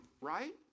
right